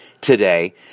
today